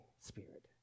Spirit